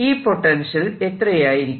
ഈ പൊട്ടൻഷ്യൽ എത്രയായിരിക്കും